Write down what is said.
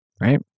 Right